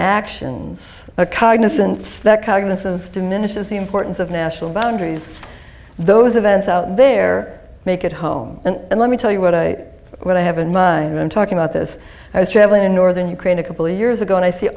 actions a cognisant that cognisance diminishes the importance of national boundaries those events out there make it home and let me tell you what i what i haven't been talking about this i was traveling in northern ukraine a couple of years ago and i see